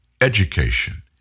Education